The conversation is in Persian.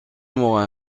موقع